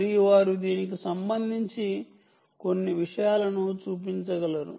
మరియు వారు దీనికి సంబంధించి కొన్ని విషయాలను చూపించగలరు